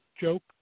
Joke